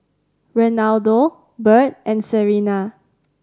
Renaldo Bird and Serena